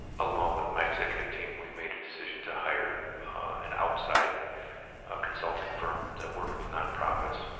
along with my executive team, we made a decision to hire an outside consulting firm that worked with nonprofits,